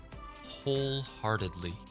wholeheartedly